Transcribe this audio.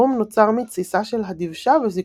הרום נוצר מתסיסה של הדבשה וזיקוקה.